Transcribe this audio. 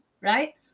right